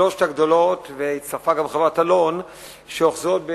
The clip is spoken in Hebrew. שלוש הגדולות, והצטרפה גם חברת "אלון" שאוחזות,